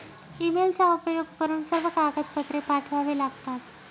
ईमेलचा उपयोग करून सर्व कागदपत्रे पाठवावे लागतात